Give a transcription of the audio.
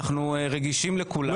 אנחנו רגישים לכולם.